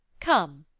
come,